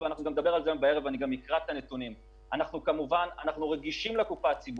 אנחנו רגישים לקופה הציבורית,